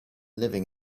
living